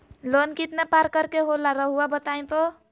Loan कितने पारकर के होला रऊआ बताई तो?